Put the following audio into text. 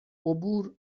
عبور